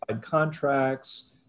contracts